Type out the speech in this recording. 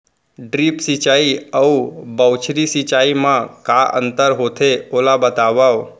Drip सिंचाई अऊ बौछारी सिंचाई मा का अंतर होथे, ओला बतावव?